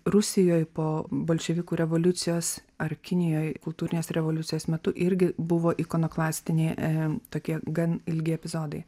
rusijoj po bolševikų revoliucijos ar kinijoj kultūrinės revoliucijos metu irgi buvo ikonoklastiniai tokie gan ilgi epizodai